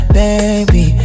baby